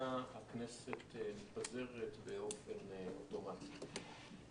הכנסת מתפזרת באופן אוטומטי.